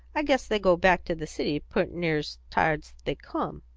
i guess they go back to the city poot' near's tired's they come.